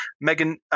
Megan